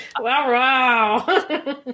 Wow